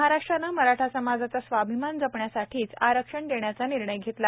महाराष्ट्रानं मराठा समाजाचा स्वाभिमान जपण्यासाठीच आरक्षण देण्याचा निर्णय घेतला